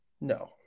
No